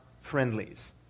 friendlies